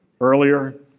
earlier